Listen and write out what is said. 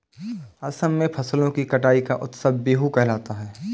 असम में फसलों की कटाई का उत्सव बीहू कहलाता है